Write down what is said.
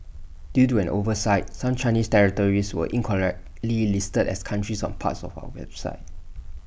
due to an oversight some Chinese territories were incorrectly listed as countries on parts of our website